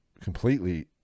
Completely